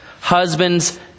Husbands